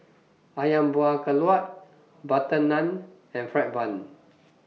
Ayam Buah Keluak Butter Naan and Fried Bun